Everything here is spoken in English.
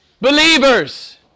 Believers